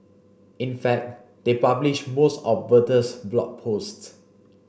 in fact they published most of Bertha's Blog Posts